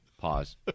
Pause